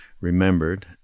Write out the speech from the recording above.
remembered